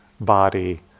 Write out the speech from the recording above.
body